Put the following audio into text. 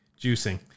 juicing